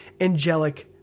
angelic